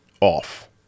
off